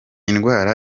indwara